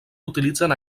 utilitzen